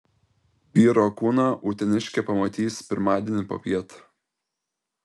vyro kūną uteniškė pamatys pirmadienį popiet